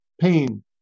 pain